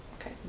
Okay